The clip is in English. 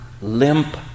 limp